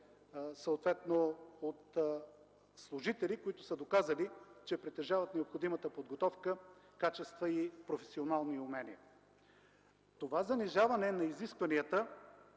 съответно от служители, които са доказали, че притежават необходимата подготовка, качества и професионални умения. Това занижаване на изискванията